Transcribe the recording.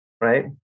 right